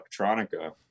electronica